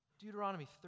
Deuteronomy